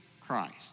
Christ